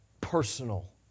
Personal